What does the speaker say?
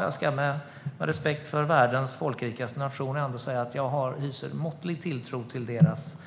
Jag ska, med respekt för världens folkrikaste nation, säga att jag hyser måttlig tilltro till deras